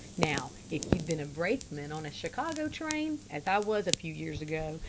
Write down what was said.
now if you'd been a brakeman on a chicago train, as i was a few years ago,